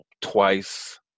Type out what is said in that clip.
twice